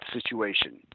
situation